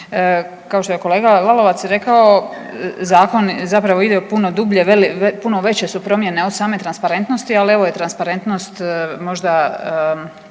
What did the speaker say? Kao što je kolega Lalovac rekao zakon ide puno dublje, puno veće su promjene od same transparentnosti ali evo i transparentnost možda